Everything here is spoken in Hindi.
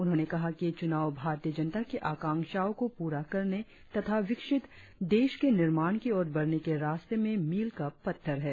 उन्होंने कहा कि चुनाव भारतीय जनता की आकांक्षाओं को पूरा करने तथा विकसित देश के निर्माण की ओर बढ़ने के रास्ते में मील का पत्थर है